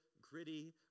gritty